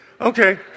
Okay